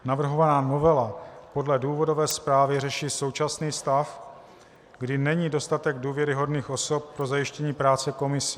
Navrhovaná novela podle důvodové zprávy řeší současný stav, kdy není dostatek důvěryhodných osob pro zajištění práce komise.